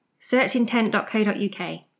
Searchintent.co.uk